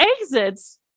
exits